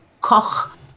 Koch